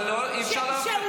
אבל אי-אפשר להפריע.